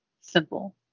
simple